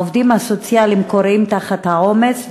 העובדים הסוציאליים כורעים תחת העומס,